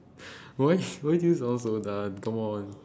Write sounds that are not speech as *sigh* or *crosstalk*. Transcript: *laughs* wh~ why do you sound so done come on